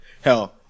Hell